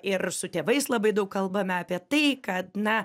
ir su tėvais labai daug kalbame apie tai kad na